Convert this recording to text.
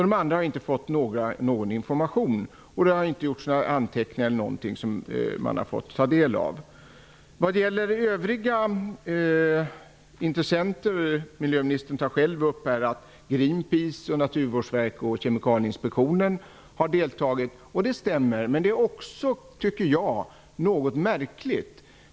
De andra har inte fått någon information, och det har inte gjorts några anteckningar som man hade kunnat ta del av. Av övriga intressenter har enligt miljöministern Kemikalieinspektionen deltagit. Det stämmer. Men det är också något märkligt.